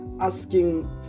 asking